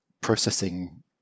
processing